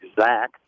Zach